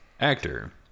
actor